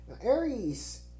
Aries